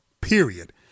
period